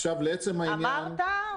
אמרת.